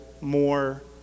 more